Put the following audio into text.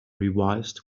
revised